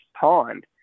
pond